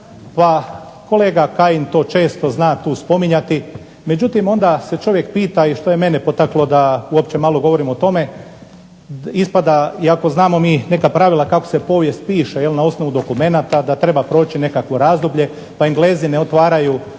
pa kolega Kajin to često zna spominjati. Međutim, onda se čovjek pita i što je mene malo potaknulo da uopće govorim o tome ispada iako znamo mi neka pravila kako se povijest piše na osnovu nekih dokumenata, da treba proći nekakvo razdoblje pa Englezi ne otvaraju